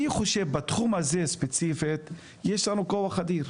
אני חושב שבתחום הזה ספציפית יש לנו כוח אדיר,